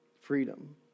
freedom